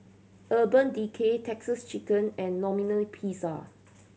Urban Decay Texas Chicken and Domino Pizza